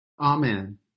Amen